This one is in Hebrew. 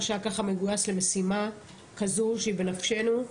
שהיה ככה מגויס למשימה כזו שהיא בנפשנו,